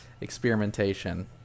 experimentation